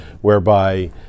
whereby